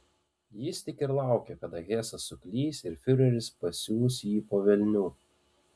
jis tik ir laukė kada hesas suklys ir fiureris pasiųs jį po velnių